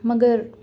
مگر